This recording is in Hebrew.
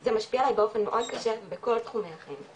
זה משפיע עלי מאוד קשה בכל תחומי החיים,